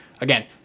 again